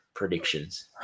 predictions